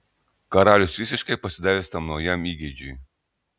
karalius visiškai pasidavęs tam naujam įgeidžiui